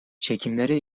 çekimlere